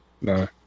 No